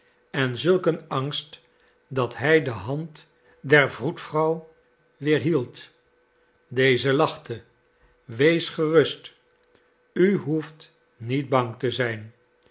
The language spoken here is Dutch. en zulk een angst dat hij de hand der vroedvrouw weerhield deze lachte wees gerust u behoeft niet bang te zijn